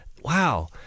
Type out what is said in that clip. wow